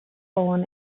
born